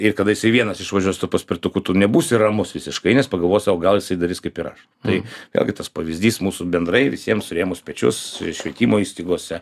ir kada jisai vienas išvažiuos su paspirtuku tu nebūsi ramus visiškai nes pagalvosi o gal jisai darys kaip ir aš tai vėlgi tas pavyzdys mūsų bendrai visiems surėmus pečius švietimo įstaigose